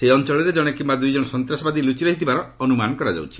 ସେହି ଅଞ୍ଚଳରେ ଜଣେ କିମ୍ବା ଦୁଇ ଜଣ ସନ୍ତାସବାଦୀ ରହିଥିବାର ଅନୁମାନ କରାଯାଉଛି